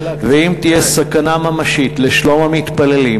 ואם תהיה סכנה ממשית לשלום המתפללים,